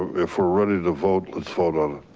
if we're ready to vote, let's vote um